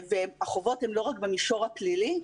והחובות הם לא רק במישור הפלילי,